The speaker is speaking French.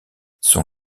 son